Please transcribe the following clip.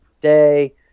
day